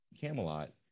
Camelot